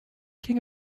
king